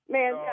Man